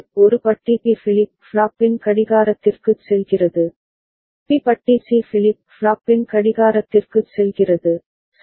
ஒரு பட்டி B flip ஃப்ளாப்பின் கடிகாரத்திற்குச் செல்கிறது பி பட்டி சி ஃபிளிப் ஃப்ளாப்பின் கடிகாரத்திற்குச் செல்கிறது சரி